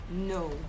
no